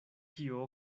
kio